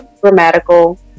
grammatical